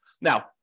Now